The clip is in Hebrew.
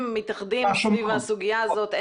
יהודים וערבים מתאחדים סביב הסוגיה הזאת.